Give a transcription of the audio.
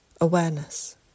awareness